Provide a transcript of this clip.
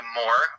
more